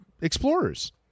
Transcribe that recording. Explorers